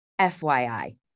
FYI